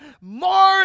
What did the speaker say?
more